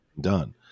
done